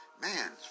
Man